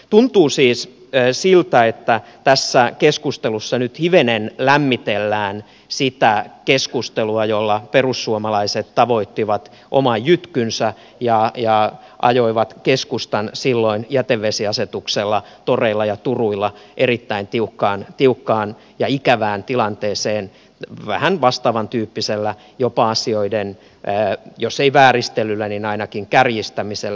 tuntuu siis siltä että tässä keskustelussa nyt hivenen lämmitellään sitä keskustelua jolla perussuomalaiset tavoittivat oman jytkynsä ja ajoivat keskustan silloin jätevesiasetuksella toreilla ja turuilla erittäin tiukkaan ja ikävään tilanteeseen vähän vastaavan tyyppisellä jopa asioiden jos ei vääristelyllä niin ainakin kärjistämisellä